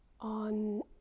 on